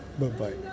bye-bye